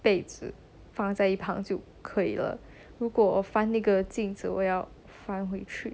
被子放在一旁就可以了如果翻那个镜子我要翻回去